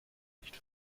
nicht